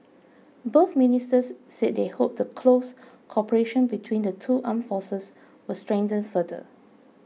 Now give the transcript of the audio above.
both ministers said they hoped the close cooperation between the two armed forces would strengthen further